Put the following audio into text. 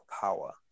power